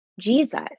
Jesus